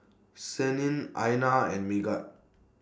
Senin Aina and Megat